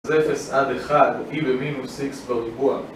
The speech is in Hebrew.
אז 0 עד 1, e במינוס x בריבוע